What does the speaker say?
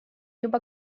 juba